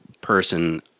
person